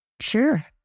Sure